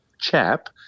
chap